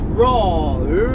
raw